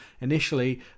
initially